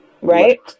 right